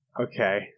okay